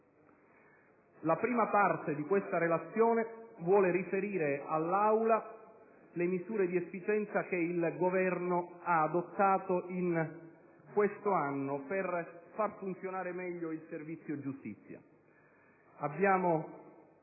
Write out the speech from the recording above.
La prima parte di questa Relazione vuole riferire all'Aula le misure di efficienza che il Governo ha adottato in quest'anno per far funzionare meglio il servizio giustizia. Abbiamo